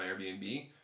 Airbnb